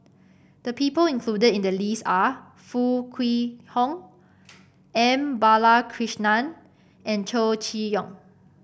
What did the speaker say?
the people included in the list are Foo Kwee Horng M Balakrishnan and Chow Chee Yong